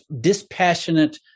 dispassionate